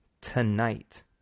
tonight